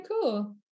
cool